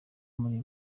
muri